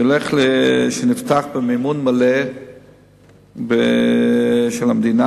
שנפתח במימון מלא של המדינה,